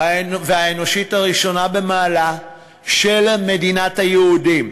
והאנושית הראשונה במעלה של מדינת היהודים.